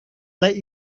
let